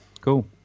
Cool